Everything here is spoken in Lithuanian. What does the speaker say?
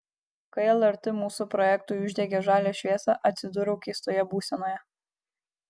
kai lrt mūsų projektui uždegė žalią šviesą atsidūriau keistoje būsenoje